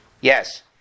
Yes